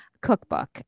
cookbook